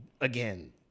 again